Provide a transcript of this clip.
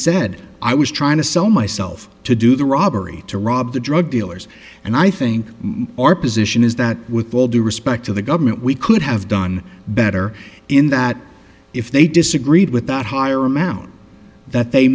said i was trying to sell myself to do the robbery to rob the drug dealers and i think our position is that with all due respect to the government we could have done better in that if they disagreed with that higher amount that they